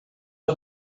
are